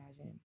imagine